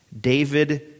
David